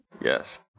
Yes